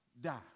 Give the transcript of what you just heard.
die